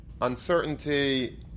uncertainty